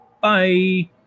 Bye